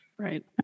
Right